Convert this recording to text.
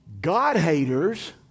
God-haters